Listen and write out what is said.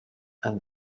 and